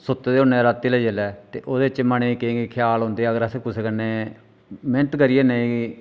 सुत्ते दे होन्ने रातीं लै जेल्लै ते ओह्दे च मनै च केईं केईं ख्याल औंदे अगर असें कुसै कन्नै मेह्नत करियै नेई